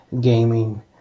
gaming